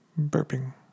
burping